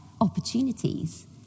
Opportunities